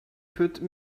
put